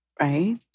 Right